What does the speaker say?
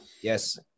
yes